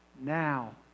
now